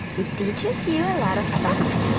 it teaches you a lot of stuff.